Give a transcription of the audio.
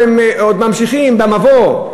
אתם עוד ממשיכים במבוא,